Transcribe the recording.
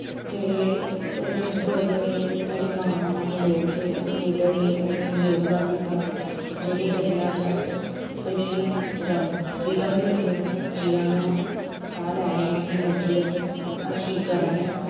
जेह्ड़े ओह्दे बिच बड़े बड़े जेह्ड़े महान लोक हे लीडर हे उ'नै योगदान दित्ता जेह्दे कन्नै अज्ज अस फ्रीडम फ्रीडम दे कन्नै जिया ने आं साह् लै ने आं अपनी मर्जी कन्नै हर चीज करै ने आं